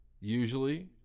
usually